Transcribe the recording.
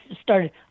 started